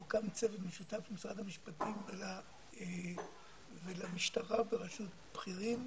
הוקם צוות משותף למשרד המשפטים ולמשטרה בראשות בכירים,